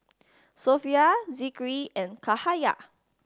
Sofea Zikri and Cahaya